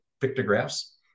pictographs